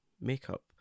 makeup